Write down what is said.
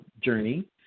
journey